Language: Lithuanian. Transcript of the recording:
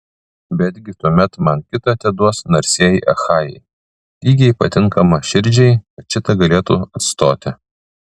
betgi tuomet man kitą teduos narsieji achajai lygiai patinkamą širdžiai kad šitą galėtų atstoti